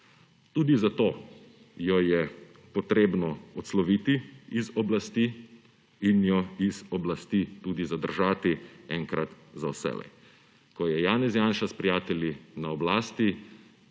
Tudi zato jo je treba odsloviti z oblasti in jo z oblasti tudi zadržati enkrat za vselej. Ko je Janez Janša s prijatelji na oblasti,